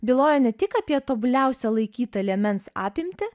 byloja ne tik apie tobuliausią laikytą liemens apimtį